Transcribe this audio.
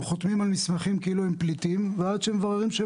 הם חותמים על מסמכים כאילו שהם פליטים ועד שמבררים האם